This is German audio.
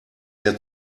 der